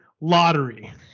lottery